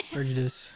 Prejudice